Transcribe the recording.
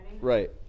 Right